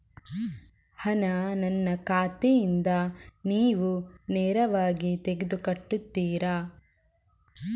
ಹಣ ನನ್ನ ಖಾತೆಯಿಂದ ನೀವು ನೇರವಾಗಿ ತೆಗೆದು ಕಟ್ಟುತ್ತೀರ?